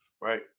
Right